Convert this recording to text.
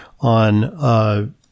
on